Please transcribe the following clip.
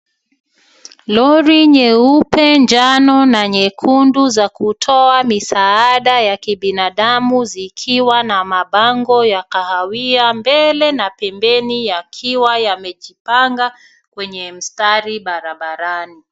Lori nyeupe, njano na nyekundu za kutoa misaada ya kibinadamu zikiwa na mabago ya kahawia mbele na pembeni yakiwa yamejipanga kwenye mstari barabarani.